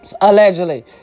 Allegedly